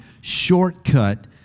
shortcut